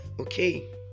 Okay